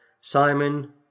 simon